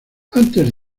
antes